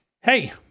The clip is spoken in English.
Hey